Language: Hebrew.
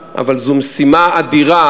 משממה.